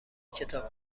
کتاب